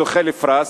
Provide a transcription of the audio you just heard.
זוכה לפרס,